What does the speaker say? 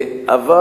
אבל